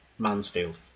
Mansfield